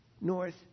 north